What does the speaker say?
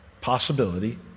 possibility